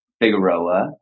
Figueroa